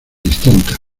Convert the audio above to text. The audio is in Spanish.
distintas